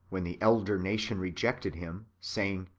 when the elder nation rejected him, say ing,